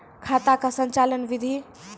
खाता का संचालन बिधि?